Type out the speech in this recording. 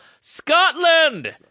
Scotland